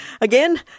Again